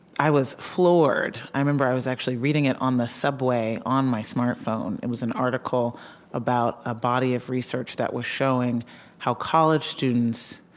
i was floored i remember i was actually reading it on the subway on my smartphone it was an article about a body of research that was showing how college students,